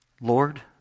Lord